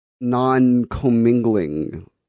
non-commingling